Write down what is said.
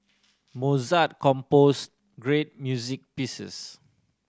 Mozart composed great music pieces